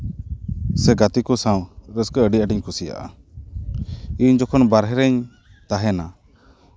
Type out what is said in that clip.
ᱥᱮ ᱜᱟᱛᱮ ᱠᱚ ᱥᱟᱶ ᱨᱟᱹᱥᱠᱟᱹ ᱟᱹᱰᱤ ᱟᱸᱴᱤᱧ ᱠᱩᱥᱤᱭᱟᱜᱼᱟ ᱤᱧ ᱡᱚᱠᱷᱚᱱ ᱵᱟᱦᱨᱮ ᱨᱮᱧ ᱛᱟᱦᱮᱱᱟ